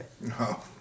No